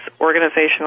organizational